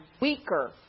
weaker